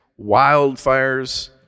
wildfires